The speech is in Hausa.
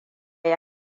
yi